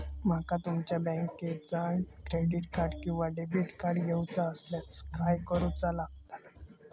माका तुमच्या बँकेचा क्रेडिट कार्ड किंवा डेबिट कार्ड घेऊचा असल्यास काय करूचा लागताला?